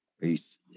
peace